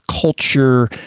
culture